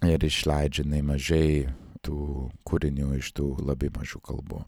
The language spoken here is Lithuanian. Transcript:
ir išleidžia nemažai tų kūrinių iš tų labai mažų kalbų